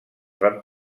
van